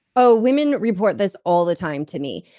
oh, women report this all the time to me.